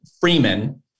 Freeman